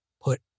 put